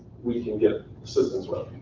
we can get assistance with.